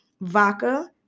vodka